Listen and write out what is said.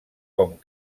com